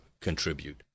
contribute